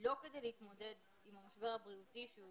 לא כדי להתמודד עם המשבר הבריאותי שהוא